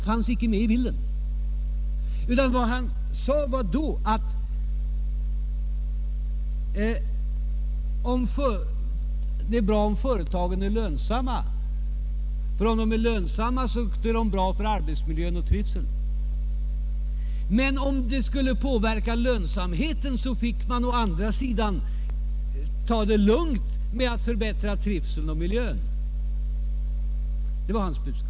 Han sade endast, att det är bra om företagen är lönsamma, eftersom det påverkar arbetsmiljön och trivseln i gynnsam riktning. Men man fick å andra sidan ta det lugnt när det gäller åtgärder för att förbättra trivseln och miljön om dessa skulle påverka lönsamheten — det var hans budskap.